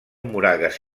moragues